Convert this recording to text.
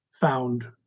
found